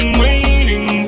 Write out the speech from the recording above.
waiting